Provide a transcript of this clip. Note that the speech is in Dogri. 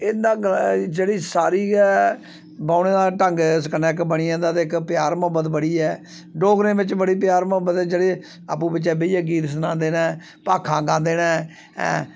एह् दा गला जेह्ड़ी सारी गै बौह्ने दा ढंग ऐ इस कन्नै इक बनी जंदा ते इक प्यार मोह्ब्बत बड़ी ऐ डोगरें च बड़ी प्यार मोह्ब्बत ऐ जेह्ड़े आपूं बिच्चें बेइयै गीत सनांदे ने भाखां गांदे न ऐं